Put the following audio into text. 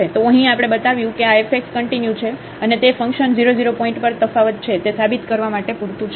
તો અહીં આપણે બતાવ્યું કે આ f x કંટીન્યુ છે અને તે ફંક્શન 0 0 પોઇન્ટ પર તફાવત છે તે સાબિત કરવા માટે પૂરતું છે